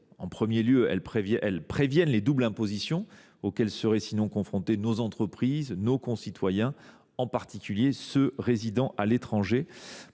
permettent de prévenir les doubles impositions auxquelles seraient sinon confrontés nos entreprises et nos concitoyens, en particulier ceux qui résident à l’étranger,